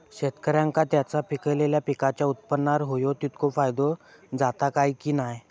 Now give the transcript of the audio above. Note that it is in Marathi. शेतकऱ्यांका त्यांचा पिकयलेल्या पीकांच्या उत्पन्नार होयो तितको फायदो जाता काय की नाय?